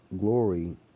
glory